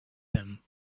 them